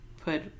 put